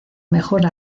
mejor